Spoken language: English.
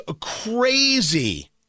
crazy